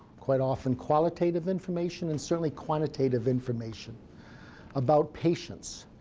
quite often qualitative information, and certainly quantitative information about patients.